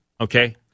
Okay